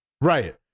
right